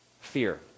fear